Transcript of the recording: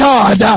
God